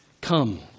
come